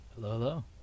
Hello